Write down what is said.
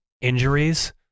injuries